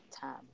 Time